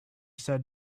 said